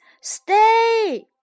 Stay